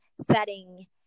setting